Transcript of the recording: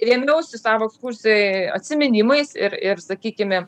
rėmiausi savo ekskursijoj atsiminimais ir ir sakykime